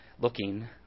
looking